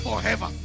forever